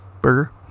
burger